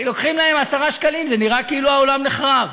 לוקחים להם עשרה שקלים, זה נראה כאילו העולם נחרב.